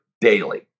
daily